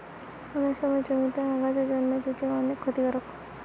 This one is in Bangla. অনেক সময় জমিতে আগাছা জন্মায় যেটি অনেক ক্ষতিকারক